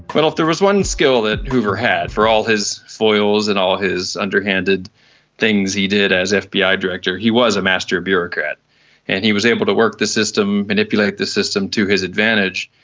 well, if there was one skill that hoover had, for all his foils and all his underhanded things he did as fbi ah director, he was a master bureaucrat and he was able to work the system, manipulate the system to his advantage,